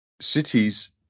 cities